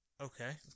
Okay